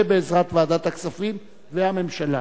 הרבה בעזרת ועדת הכספים והממשלה,